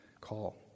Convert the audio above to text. call